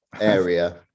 area